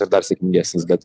ir dar sėkmingesnis kad